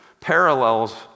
parallels